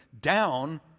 down